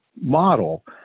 model